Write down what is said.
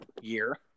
year